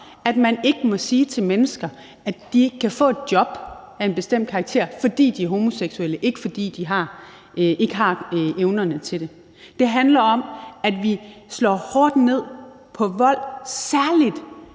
at man ikke må sige til mennesker, at de ikke kan få et job af en bestemt karakter, fordi de er homoseksuelle, og ikke fordi de ikke har evnerne til det. Det handler om, at vi slår hårdt ned på vold, særlig